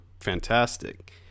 fantastic